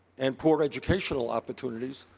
and poor educational opportunities,